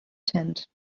tent